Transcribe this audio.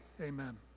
amen